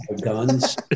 guns